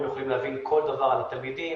יכולים להבין כל דבר על התלמידים,